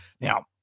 Now